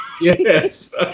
Yes